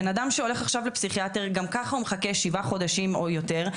בן אדם שהולך עכשיו לפסיכיאטר גם ככה הוא מחכה שבעה חודשים או יותר,